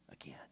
again